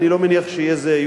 אני לא מניח שיהיה זהה,